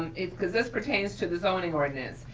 because this pertains to the zoning ordinance,